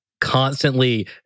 constantly